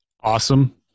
Awesome